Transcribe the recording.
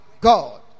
God